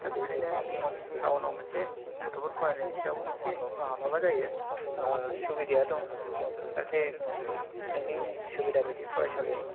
दा बेखायनो टाउनाव मोनसे गथ'फोर फरायनायनि सायावबो मोनसे माबा जायो सुबिदाया दं जाहाथे नोंनि सुबिदा बायदि फरायसालियाव